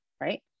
right